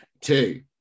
two